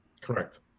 Correct